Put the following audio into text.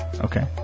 Okay